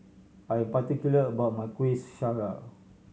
I am particular about my Kueh Syara